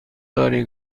داری